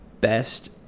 best